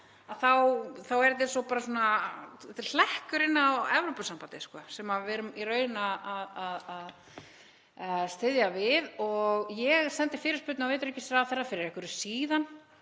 er eins og svona hlekkur inn á Evrópusambandið sem við erum í raun að styðja við. Ég sendi fyrirspurn á utanríkisráðherra fyrir einhverju síðan